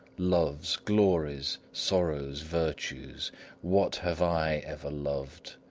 loves, glories, sorrows, virtues what have i ever loved?